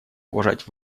уважать